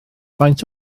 faint